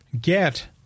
get